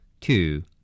Two